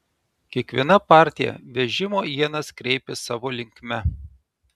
kiekviena partija vežimo ienas kreipė savo linkme